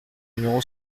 numéro